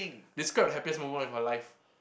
describe the happiest moment of your life